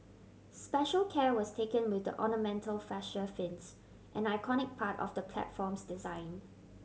special care was taken with the ornamental fascia fins an iconic part of the platform's design